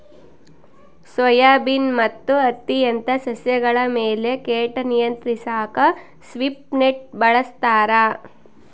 soybean ಮತ್ತು ಹತ್ತಿಯಂತ ಸಸ್ಯಗಳ ಮೇಲೆ ಕೀಟ ನಿಯಂತ್ರಿಸಾಕ ಸ್ವೀಪ್ ನೆಟ್ ಬಳಸ್ತಾರ